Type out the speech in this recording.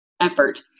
effort